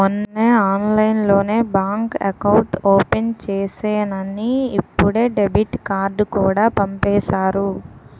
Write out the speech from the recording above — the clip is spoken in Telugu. మొన్నే ఆన్లైన్లోనే బాంక్ ఎకౌట్ ఓపెన్ చేసేసానని ఇప్పుడే డెబిట్ కార్డుకూడా పంపేసారు